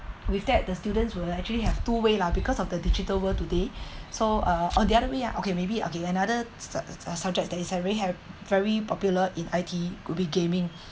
with that the students will actually have two way lah because of the digital world today so uh or the other way ah okay maybe I'll give you another s~ subject that is already have very popular in I_T would be gaming